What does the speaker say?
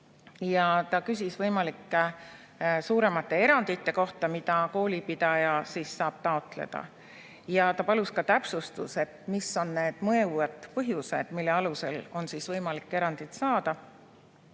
Ta küsis võimalike suuremate erandite kohta, mida koolipidaja saab taotleda. Ja ta palus ka täpsustust, mis on need mõjuvad põhjused, mille alusel on võimalik erandit saada.